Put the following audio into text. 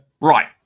Right